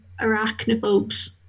arachnophobes